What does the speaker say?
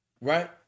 right